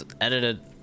edited